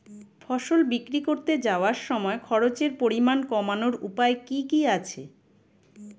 ফসল বিক্রি করতে যাওয়ার সময় খরচের পরিমাণ কমানোর উপায় কি কি আছে?